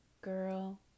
girl